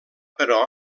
però